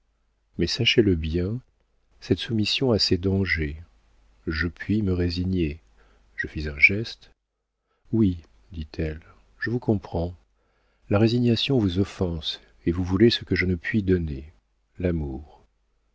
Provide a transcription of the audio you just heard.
mais sachez-le bien cette soumission a ses dangers je puis me résigner je fis un geste oui dit-elle je vous comprends la résignation vous offense et vous voulez ce que je ne puis donner l'amour